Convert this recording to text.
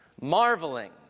marveling